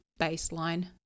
baseline